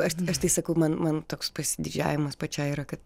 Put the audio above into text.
aš aš tai sakau man man toks pasididžiavimas pačiai yra kad